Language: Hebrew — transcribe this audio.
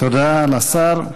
תודה לשר,